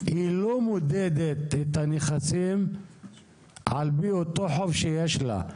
היא לא מודדת את הנכסים על פי אותו חוב שיש לה.